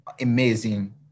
amazing